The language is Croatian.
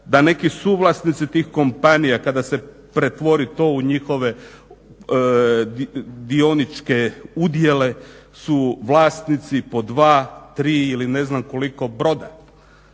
da neki suvlasnici tih kompanija kada se pretvori to u njihove dioničke udjele su vlasnici po dva, tri ili ne znam koliko broda.